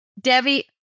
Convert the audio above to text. Debbie